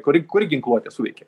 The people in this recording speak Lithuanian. kuri kur ginkluoti suveikė